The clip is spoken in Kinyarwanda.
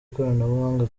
ikoranabuhanga